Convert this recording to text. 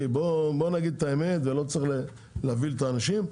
בוא נגיד את האמת ולא צריך להבהיל את האנשים,